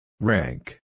Rank